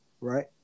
right